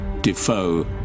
Defoe